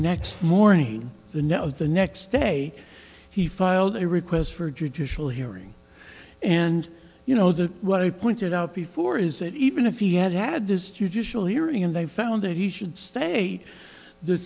next morning the no the next day he filed a request for a judicial hearing and you know that what i pointed out before is that even if he had had this judicial hearing and they found that he should state the